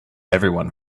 everyone